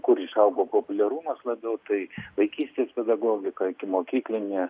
kur išaugo populiarumas labiau tai vaikystės pedagogika ikimokyklinė